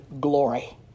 glory